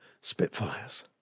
Spitfires